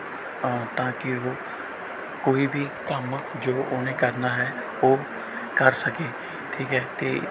ਆ ਤਾਂ ਕਿ ਉਹ ਕੋਈ ਵੀ ਕੰਮ ਜੋ ਉਹਨੇ ਕਰਨਾ ਹੈ ਉਹ ਕਰ ਸਕੇ ਠੀਕ ਹੈ ਅਤੇ